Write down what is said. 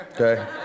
okay